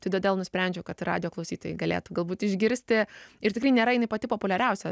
tai todėl nusprendžiau kad ir radijo klausytojai galėtų galbūt išgirsti ir tikrai nėra jinai pati populiariausia